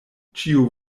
ĉiu